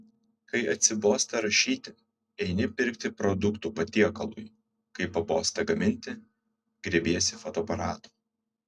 kai atsibosta rašyti eini pirkti produktų patiekalui kai pabosta gaminti griebiesi fotoaparato